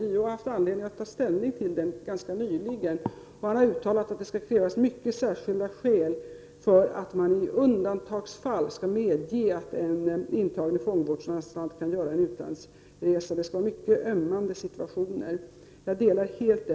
JO har haft anledning att ta ställning till detta ganska nyligen, och han har uttalat att det skall krävas mycket starka skäl för att man i undantagsfall skall medge att en person som är intagen på fångvårdsanstalt får göra en utlandsresa. Det skall vara i mycket ömmande situationer.